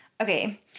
Okay